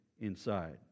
inside